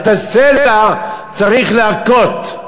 את הסלע צריך להכות.